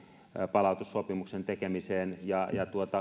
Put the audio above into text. palautussopimuksen tekemiseen ja